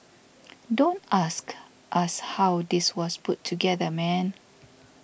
don't ask us how this was put together man